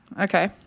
Okay